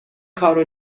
کارو